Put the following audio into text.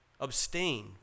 Abstain